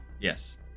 Yes